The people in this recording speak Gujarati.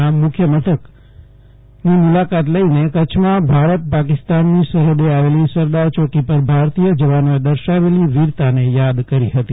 ના મુખ્ય મથકની મુલાકાત લઇને કચ્છમાં ભારત પાકિસ્તાનની સરહદે આવેલી સરદાર ચોકી પર ભારતીય જવાનોએ દર્શાવેલી વીરતાને યાદ કરી હતી